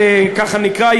ככה נקרא,